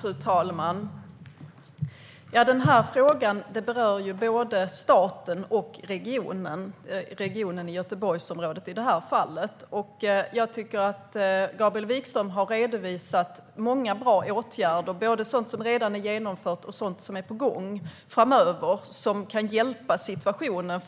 Fru talman! Den här frågan berör både staten och regionen - regionen i Göteborgsområdet i det här fallet. Jag tycker att Gabriel Wikström har redovisat många bra åtgärder, både sådant som redan är genomfört och sådant som är på gång och kan förändra situationen.